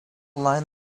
line